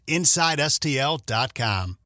InsideSTL.com